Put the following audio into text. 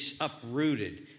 uprooted